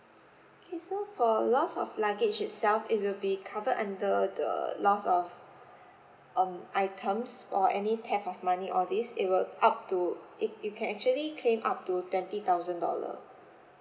okay so loss of luggage itself it will be covered under the loss of um items or any theft of money all this it will up to you you can actually claim up to twenty thousand dollar